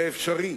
זה אפשרי.